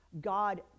God